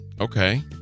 Okay